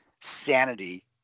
sanity